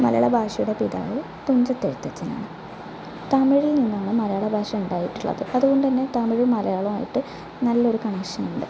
മലയാള ഭാഷയുടെ പിതാവ് തുഞ്ചത്തെഴുത്തച്ഛനാണ് തമിഴിൽ നിന്നാണ് മലയാള ഭാഷ ഉണ്ടായിട്ടുള്ളത് അതുകൊണ്ടുതന്നെ തമിഴും മലയാളവുമായിട്ട് നല്ലൊരു കണക്ഷൻ ഉണ്ട്